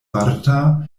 marta